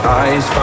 eyes